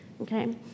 Okay